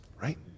right